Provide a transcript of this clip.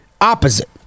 Opposite